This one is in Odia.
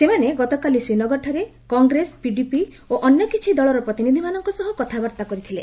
ସେମାନେ ଗତକାଲି ଶ୍ରୀନଗରଠାରେ କଂଗ୍ରେସ ପିଡିପି ଓ ଅନ୍ୟ କିଛି ଦଳର ପ୍ରତିନିଧିମାନଙ୍କ ସହ କଥାବାର୍ତ୍ତା କରିଥିଲେ